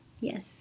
Yes